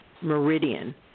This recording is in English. meridian